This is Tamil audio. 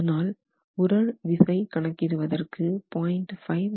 அதனால் உறழ் விசை கணக்கிடுவதற்கு 0